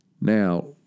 Now